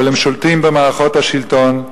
אבל הם שולטים במערכות השלטון,